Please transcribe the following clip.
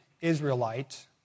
Israelite